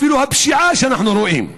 אפילו הפשיעה שאנחנו רואים,